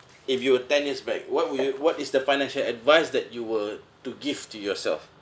if you were ten years back what would you what is the financial advice that you were to give to yourself